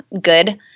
good